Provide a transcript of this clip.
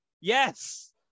Yes